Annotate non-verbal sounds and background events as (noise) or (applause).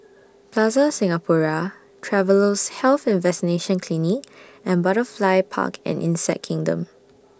(noise) Plaza Singapura Travellers' Health and Vaccination Clinic and Butterfly Park and Insect Kingdom